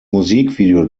musikvideo